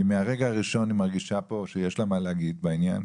כי מהרגע הראשון היא מרגישה פה שיש לה מה להגיד בעניין.